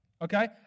Okay